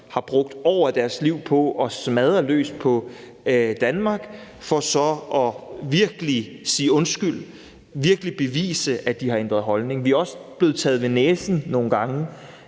har brugt år af deres liv på at smadre løs på Danmark for så virkelig at sige undskyld og virkelig bevise, at de har ændret holdning. Vi er også blevet taget ved næsen nogle gange